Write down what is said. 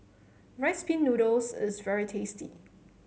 Rice Pin Noodles is very tasty